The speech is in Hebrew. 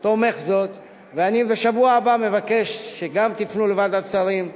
מבקש גם שבשבוע הבא תפנו לוועדת שרים,